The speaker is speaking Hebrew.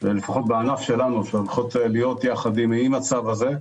לפחות בענף שלנו, שהולכות להיות עם הצו הזה.